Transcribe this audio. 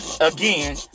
again